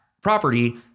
property